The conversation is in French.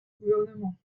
gouvernement